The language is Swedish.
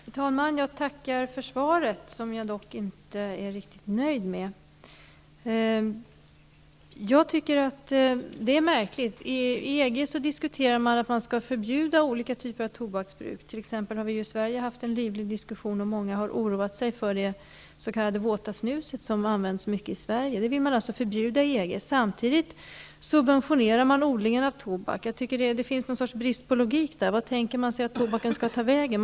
Fru talman! Jag tackar för svaret, som jag dock inte är riktigt nöjd med. Det är märkligt att man i EG diskuterar att förbjuda olika typer av tobaksbruk. Vi har t.ex. haft en diskussion om detta, och många har oroat sig för det s.k. våta snuset som används mycket i Sverige. Det vill man förbjuda i EG. Samtidigt subventionerar man odlingen av tobak. Jag tycker att det finns något slags brist på logik här. Var tänker man sig att tobaken skall ta vägen?